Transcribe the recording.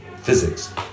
physics